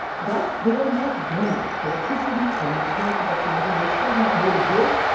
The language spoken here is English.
but they are not done yet. electricity and the internal combustion engine, they still got more to give.